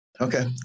Okay